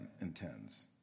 intends